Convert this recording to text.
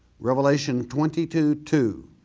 revelation twenty two two,